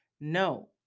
No